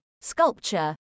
sculpture